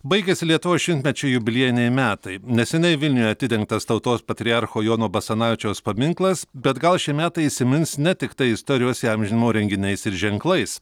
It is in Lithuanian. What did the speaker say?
baigėsi lietuvos šimtmečio jubiliejiniai metai neseniai vilniuje atidengtas tautos patriarcho jono basanavičiaus paminklas bet gal šie metai įsimins ne tiktai istorijos įamžinimo renginiais ir ženklais